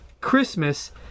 christmas